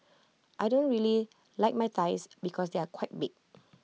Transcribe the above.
I don't really like my thighs because they are quite big